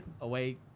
away